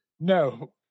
No